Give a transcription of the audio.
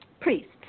priests